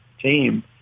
team